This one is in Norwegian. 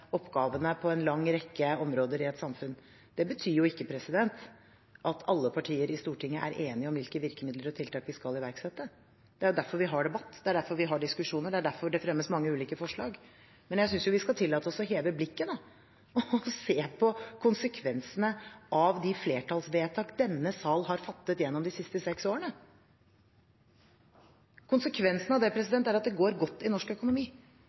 oppgavene på en lang rekke områder i et samfunn. Det betyr ikke at alle partier i Stortinget er enige om hvilke virkemidler og tiltak vi skal iverksette. Det er jo derfor vi har debatt. Det er derfor vi har diskusjoner. Det er derfor det fremmes mange ulike forslag. Men jeg synes jo vi skal tillate oss å heve blikket og se på konsekvensene av de flertallsvedtakene denne sal har fattet gjennom de siste seks årene. Konsekvensen er at det går godt i norsk økonomi.